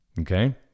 Okay